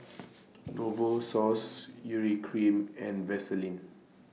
Novosource Urea Cream and Vaselin